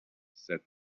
said